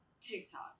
TikTok